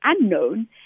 unknown